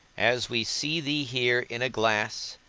as we see thee here in a glass,